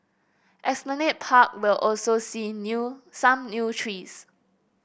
Esplanade Park will also see new some new trees